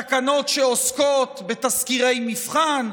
תקנות שעוסקות בתזכירי מבחן,